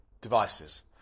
devices